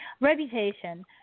Reputation